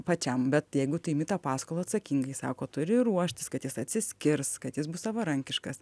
pačiam bet jeigu tu imi tą paskolą atsakingai sako turi ruoštis kad jis atsiskirs kad jis bus savarankiškas